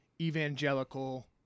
evangelical